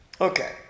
Okay